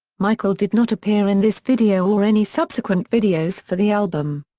michael did not appear in this video or any subsequent videos for the album.